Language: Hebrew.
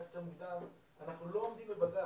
מוקדם יותר אנחנו לא עומדים בבג"ץ.